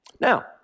Now